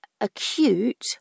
acute